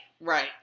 Right